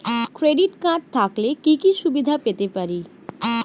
Credit card থাকলে কি কি সুবিধা পেতে পারি?